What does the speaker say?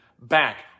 back